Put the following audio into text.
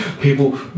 people